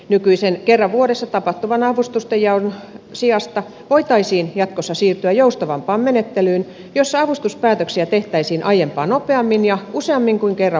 nykyisen kerran vuodessa tapahtuvan avustustenjaon sijasta voitaisiin jatkossa siirtyä joustavampaan menettelyyn jossa avustuspäätöksiä tehtäisiin aiempaa nopeammin ja useammin kuin kerran vuodessa